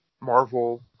Marvel